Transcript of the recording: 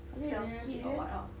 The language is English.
habis another pillion